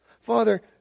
Father